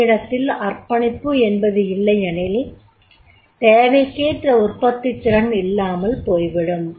பணியிடத்தில் அர்ப்பணிப்பு என்பது இல்லையெனில் தேவைக்கேற்ற உற்பத்தித்திறன் இல்லாமல் போய்விடும்